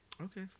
Okay